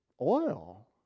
oil